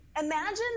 Imagine